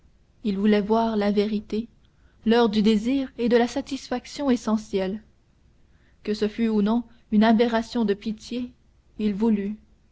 il voulait voir la vérité l'heure du désir et de la satisfaction essentiels que ce fût ou non une aberration de piété il voulut